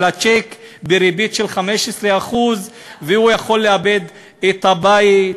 הצ'ק בריבית של 15%. והוא יכול לאבד את הבית,